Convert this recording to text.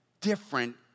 different